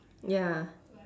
ya